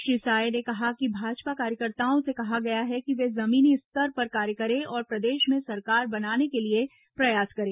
श्री साय ने कहा कि भाजपा कार्यकताओं से कहा है कि वे जमीनी स्तर पर कार्य करे और प्रदेश में सरकार बनाने के लिए प्रयास करें